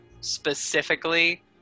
specifically